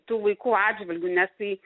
tų vaikų atžvilgiu nes tai